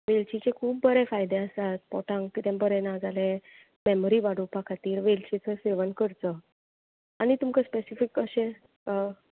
वेलचीचे खूब बरे फायदे आसात पोटांग कितें बरें ना जालें मॅमरी वाडोवपा खातीर वेलचेचो सेवन करचो आनी तुमकां स्पॅसिफीक अशें